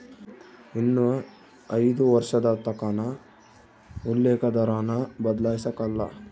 ಇನ್ನ ಐದು ವರ್ಷದತಕನ ಉಲ್ಲೇಕ ದರಾನ ಬದ್ಲಾಯ್ಸಕಲ್ಲ